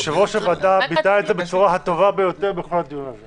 יושב-ראש הוועדה ביטא את זה בצורה הטובה ביותר בכל הדיון הזה.